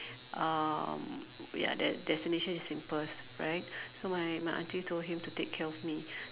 um ya that destination is in Perth right so my my auntie told him to take care of me